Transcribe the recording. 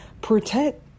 protect